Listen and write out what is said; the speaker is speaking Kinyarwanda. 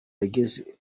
yageze